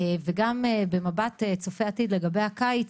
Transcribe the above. וגם במבט צופה עתיד לגבי הקיץ,